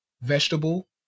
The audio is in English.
vegetable